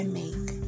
make